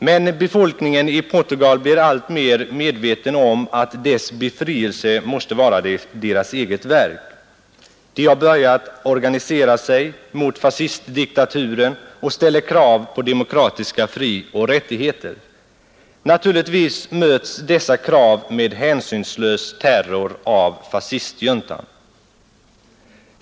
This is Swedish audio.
Men befolkningen i Portugal blir alltmer medveten om att dess befrielse måste vara dess eget verk. Befolkningen har börjat organisera sig mot fascistdiktaturen och ställer krav på demokratiska frioch rättigheter. Naturligtvis möts dessa krav med hänsynlös terror av fascistjuntan.